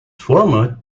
format